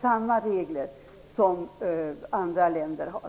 samma regler som andra länder har.